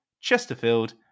Chesterfield